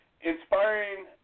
inspiring